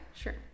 sure